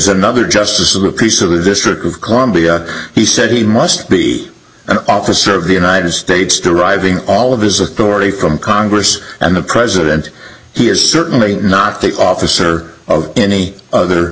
another justice of the peace of the district of columbia he said he must be an officer of the united states deriving all of his authority from congress and the president he is certainly not the officer of any other